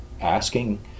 asking